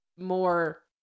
more